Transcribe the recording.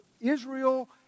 Israel